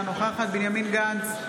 אינה נוכחת בנימין גנץ,